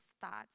thoughts